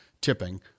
tipping